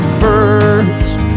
first